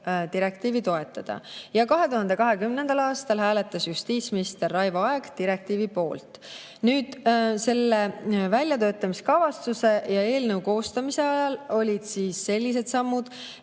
direktiivi toetada. 2020. aastal hääletas justiitsminister Raivo Aeg direktiivi poolt. Väljatöötamiskavatsuse ja eelnõu koostamise ajal olid sellised sammud,